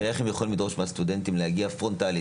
ואיך הם יכולים לדרוש מהסטודנטים להגיע פרונטלית?